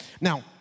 Now